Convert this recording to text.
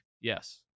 Yes